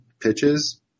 pitches